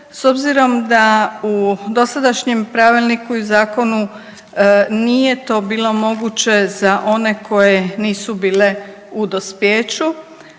S obzirom da u dosadašnjem pravilniku i zakonu nije to bilo moguće za one koje nisu bile u dospijeću,